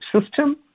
system